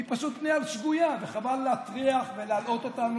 היא פשוט פנייה שגוייה וחבל להטריח ולהלאות אותנו